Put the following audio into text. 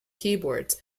keyboards